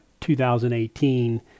2018